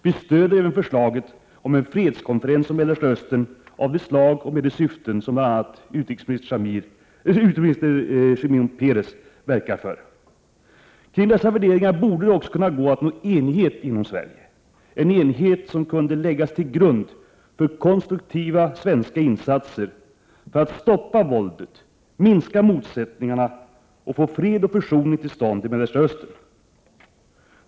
Vi stödjer även förslaget om en fredskonferens om Mellersta Östern av det slag och med de syften som bl.a. utrikesminister Shimon Peres verkar för. Kring dessa värderingar borde det också gå att nå enighet inom Sverige, en enighet som kunde läggas till grund för konstruktiva svenska insatser för att stoppa våldet, minska motsättningarna och få fred och försoning till stånd i Mellersta Östern.